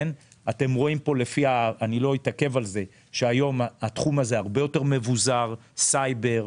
אתם רואים פה שהיום התחום הזה הרבה יותר מבוזר: סייבר,